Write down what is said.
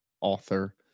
author